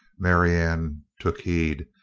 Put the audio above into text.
marianne took heed,